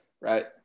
right